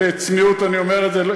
בצניעות אני אומר את זה,